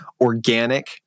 organic